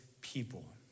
people